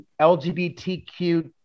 LGBTQ